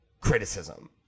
criticism